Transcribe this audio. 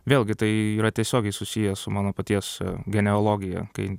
vėlgi tai yra tiesiogiai susiję su mano paties genealogija kai